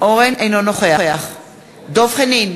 אינו נוכח דב חנין,